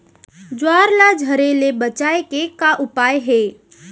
ज्वार ला झरे ले बचाए के का उपाय हे?